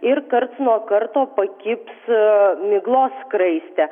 ir karts nuo karto pakibs miglos skraistė